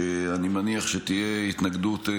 שאני מניח שתהיה התנגדות,